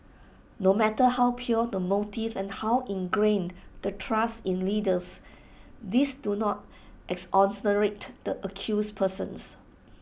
no matter how pure the motives and how ingrained the trust in leaders these do not the accused persons